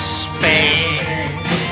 space